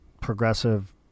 progressive